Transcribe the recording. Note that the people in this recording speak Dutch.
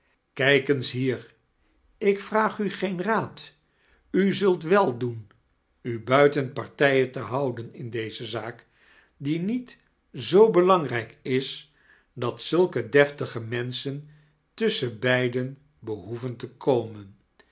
kijk eens hier ik waag u goen raad u ziult wel doen u buiten partijen te houden in deze zaak die niet zoo belangrijk i dat zulke deftige menschen tusschen beiden behoeven te komen